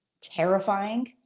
terrifying